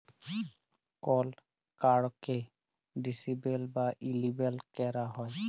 call কাড়কে disable বা enable ক্যরা যায়